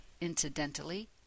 incidentally